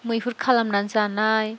मैहुर खालामना जानाय